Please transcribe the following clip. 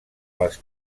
les